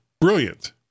brilliant